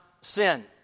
sin